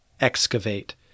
excavate